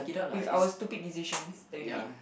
with our stupid decisions that we made